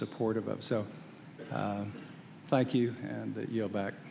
supportive of so thank you and you know back